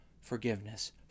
forgiveness